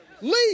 Leave